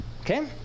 Okay